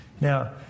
Now